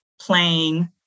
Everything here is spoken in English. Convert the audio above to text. playing